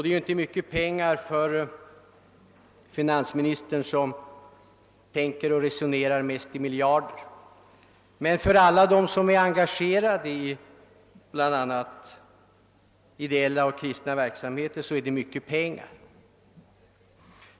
Det är inte mycket pengar för finansministern, som tänker och resonerar mest i miljarder, men för alla dem som är engagerade i bl.a. ideella och kristna verksamheter är det mycket pengar.